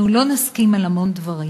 אנחנו לא נסכים על המון דברים,